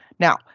Now